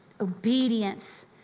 Obedience